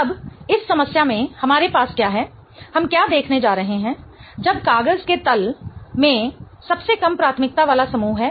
अब इस समस्या में हमारे पास क्या है हम क्या देखने जा रहे हैं जब कागज के तल में सबसे कम प्राथमिकता वाला समूह है